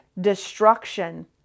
destruction